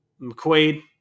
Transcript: McQuaid